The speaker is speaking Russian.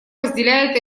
разделяет